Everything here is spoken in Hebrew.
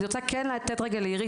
אני רוצה כן לתת רגע לתת לאירית,